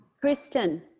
Kristen